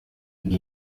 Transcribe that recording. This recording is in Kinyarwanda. ibi